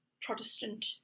Protestant